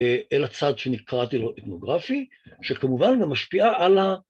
‫אל הצד שאני קראתי לו אתנוגרפי, ‫שכמובן גם משפיעה על ה...